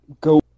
go